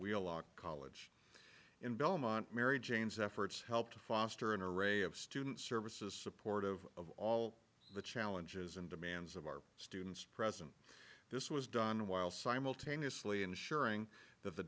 wheelock college in belmont mary jane's efforts helped to foster an array of student services supportive of all the challenges and demands of our students present this was done while simultaneously ensuring that the